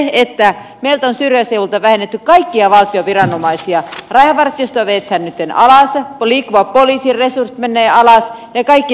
meiltä on syrjäseudulta vähennetty kaikkia valtion viranomaisia rajavartiostoa vedetään nytten alas liikkuvan poliisin resurssit menevät alas ja kaikki nämä